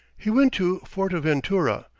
he went to fortaventura,